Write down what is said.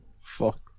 Fuck